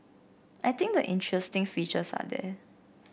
I think the interesting features are there